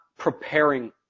preparing